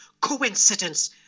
coincidence